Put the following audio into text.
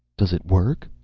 does it work?